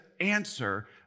answer